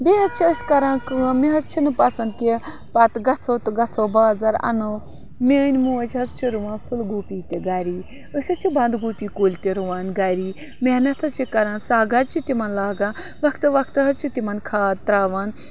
بیٚیہِ حظ چھِ أسۍ کَران کٲم مےٚ حظ چھِنہٕ پَسنٛد کہِ پَتہٕ گژھو تہٕ گژھو بازَر اَنو میٛٲنۍ موج حظ چھِ رُوان پھُلگوٗپی تہِ گَری أسۍ حظ چھِ بَنٛدگوٗپی کُلۍ تہِ رُوان گَری محنت حظ چھِ کَران سَگ حظ چھِ تِمَن لاگان وَقتہٕ وَقتہٕ حظ چھِ تِمَن کھاد ترٛاوان